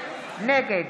נגד